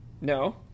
No